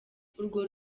urwo